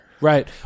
right